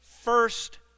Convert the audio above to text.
first